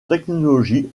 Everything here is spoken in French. technologie